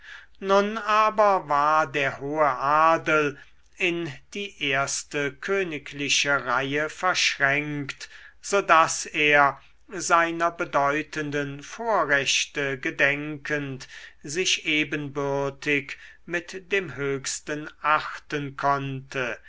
nun aber war der hohe adel in die erste königliche reihe verschränkt so daß er seiner bedeutenden vorrechte gedenkend sich ebenbürtig mit dem höchsten achten konnte